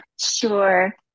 Sure